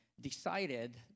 decided